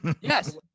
yes